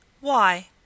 Why